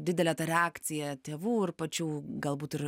didelė ta reakcija tėvų ir pačių galbūt ir